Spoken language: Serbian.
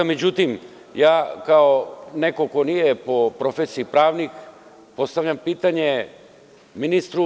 Međutim, ja kao neko ko nije po profesiji pravnik postavljam pitanje ministru.